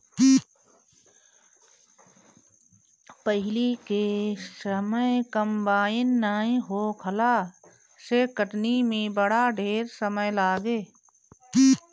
पहिले के समय कंबाइन नाइ होखला से कटनी में बड़ा ढेर समय लागे